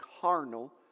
carnal